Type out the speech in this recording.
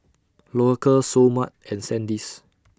Loacker Seoul Mart and Sandisk